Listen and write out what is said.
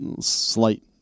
slight